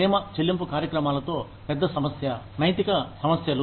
క్షేమ చెల్లింపు కార్యక్రమాలతో పెద్ద సమస్య నైతిక సమస్యలు